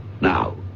Now